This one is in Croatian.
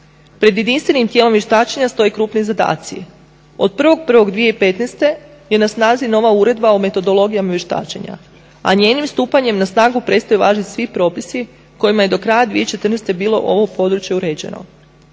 Pred jedinstvenim tijelom vještačenja stoje krupni zadaci. Od 1.01.2015. je na snazi nova uredba o metodologijama vještačenja, a njenim stupanjem na snagu prestaju važiti svi propisi kojima je do kraja 2014. bilo ovo područje uređeno.